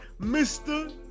Mr